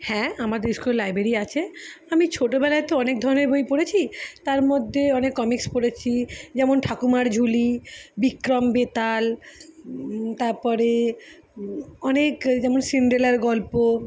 হ্যাঁ আমাদের school library আছে আমি ছোটোবেলায় তো অনেক ধরনের বই পড়েছি তার মধ্যে অনেক কমিক্স পড়েছি যেমন ঠাকুমার ঝুলি বিক্রম বেতাল তাপরে অনেক যেমন সিনড্রেলার গল্প